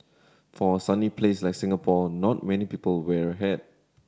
for a sunny place like Singapore not many people wear a hat